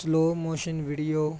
slow motion video